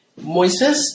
Moises